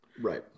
Right